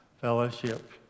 fellowship